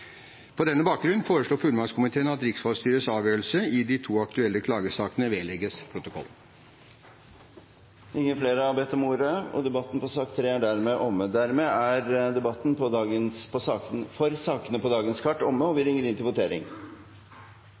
På denne bakgrunn foreslår fullmaktskomiteen at riksvalgstyrets avgjørelse i de to aktuelle klagesakene vedlegges protokollen. Flere har ikke bedt om ordet. Stortinget er klar til å gå til votering over sakene på dagens